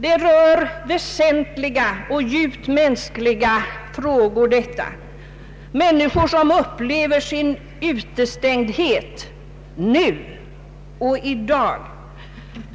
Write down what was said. Detta rör väsentliga och djupt mänskliga frågor, människor som upplever sin utestängdhet nu och i dag.